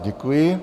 Děkuji.